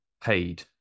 paid